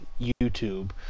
YouTube